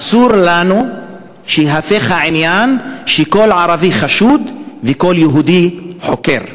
אסור לנו שהעניין ייהפך לזה שכל ערבי חשוד וכל יהודי חוקר.